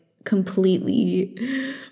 Completely